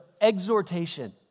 exhortation